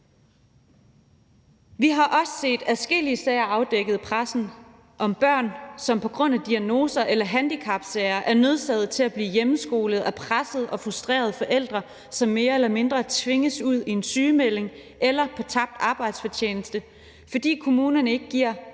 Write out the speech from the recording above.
Vi har også set adskillige sager afdækket af pressen om børn, som på grund af diagnoser eller handicap er nødsaget til at blive hjemmeskolet af pressede og frustrerede forældre, som mere eller mindre tvinges ud i en sygemelding eller på tabt arbejdsfortjeneste, fordi kommunerne ikke giver